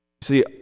See